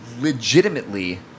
legitimately